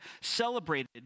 celebrated